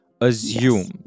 assume